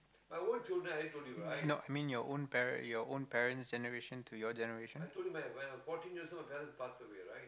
I want children i did told you right no I mean your own parent your parent's generation to your generation I told you man when I fourteen years' old dad's passed away right